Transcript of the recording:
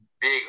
big